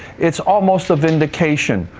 it's almost a vindication,